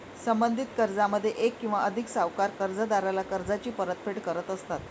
संबंधित कर्जामध्ये एक किंवा अधिक सावकार कर्जदाराला कर्जाची परतफेड करत असतात